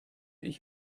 ich